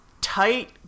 tight